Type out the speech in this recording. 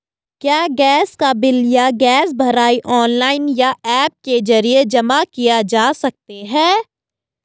क्या गैस का बिल या गैस भराई ऑनलाइन या ऐप के जरिये जमा किये जा सकते हैं?